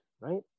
right